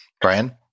Brian